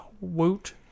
woot